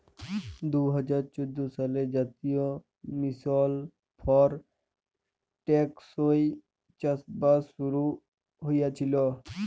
দু হাজার চোদ্দ সালে জাতীয় মিশল ফর টেকসই চাষবাস শুরু হঁইয়েছিল